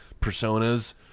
personas